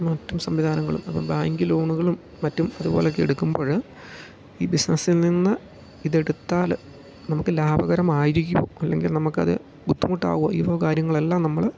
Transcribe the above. മറ്റും സംവിധാനങ്ങളും അപ്പം ബാങ്ക് ലോണ്കളും മറ്റും അതുപോലെ ഒക്കെ എടുക്കുമ്പോൾ ഈ ബിസിനസിൽ നിന്ന് ഇതെടുത്താൽ നമുക്ക് ലാഭകരമായിരിക്കുവോ അല്ലെങ്കിൽ നമുക്ക് അത് ബുദ്ധിമുട്ടാവോ ഈ വക കാര്യങ്ങൾ എല്ലാം നമ്മൾ